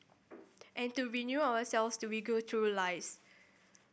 and to renew ourselves to we go through lives